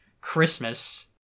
christmas